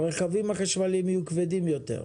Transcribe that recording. הרכבים החשמליים יהיו כבדים יותר.